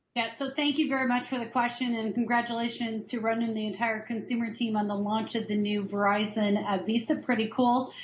yeah so thank you very much for the question and congratulations to ronan and the entire consumer team on the launch of the new verizon visa, pretty cool.